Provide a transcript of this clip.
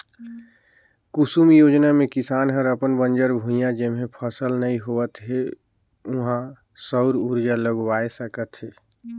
कुसुम योजना मे किसान हर अपन बंजर भुइयां जेम्हे फसल नइ होवत हे उहां सउर उरजा लगवाये सकत हे